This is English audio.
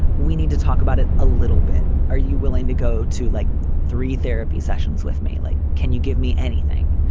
we need to talk about it a little bit. are you willing to go to like three therapy sessions with me? like, can you give me anything?